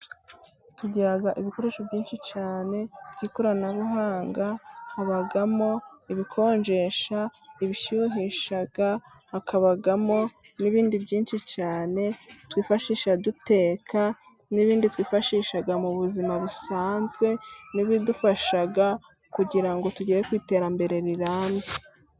Tugira ibikoresho byinshi cyane by'ikoranabuhanga. Habamo ibikonjesha, ibishyuhisha ,hakabamo n'ibindi byinshi cyane twifashisha duteka n'ibindi twifashisha mu buzima busanzwe n'ibidufasha kugira ngo tugere ku iterambere rirambye.